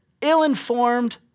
ill-informed